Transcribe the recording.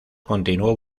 continuó